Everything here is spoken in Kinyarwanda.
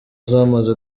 zamaze